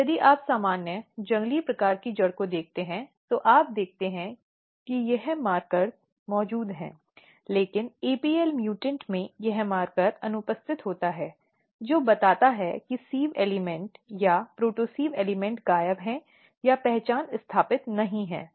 और यदि आप सामान्य जंगली प्रकार की जड़ को देखते हैं तो आप देखते हैं कि यह मार्कर मौजूद हैं लेकिन apl mutant म्युटेंट में यह मार्कर अनुपस्थित हैं जो बताता है कि सिव़ एलिमेंट या प्रोटोसिव तत्वों गायब हैं या पहचान स्थापित नहीं है